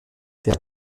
der